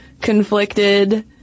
conflicted